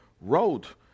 wrote